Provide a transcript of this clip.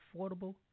affordable